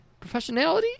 Professionality